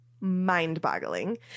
mind-boggling